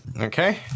Okay